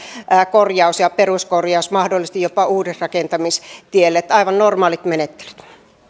korjaus ja peruskorjaus mahdollisesti jopa uudisrakentamistielle että aivan normaalit menettelyt